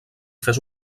fes